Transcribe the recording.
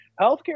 Healthcare